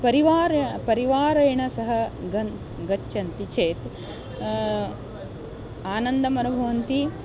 परिवाराः परिवारेण सह गन् गच्छन्ति चेत् आनन्दम् अनुभवन्ति